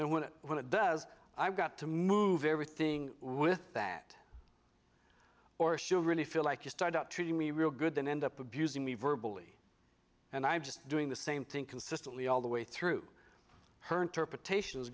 and when it when it does i've got to move everything with that or should really feel like a start up to me real good then end up abusing me verbally and i'm just doing the same thing consistently all the way through her interpretation